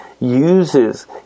uses